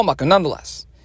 nonetheless